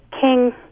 King